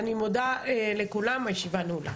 אני מודה לכולם, הישיבה נעולה.